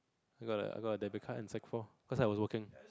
I got I got a debit card in Sec four cause I was working